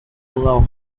allow